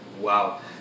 Wow